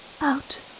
out